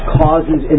causes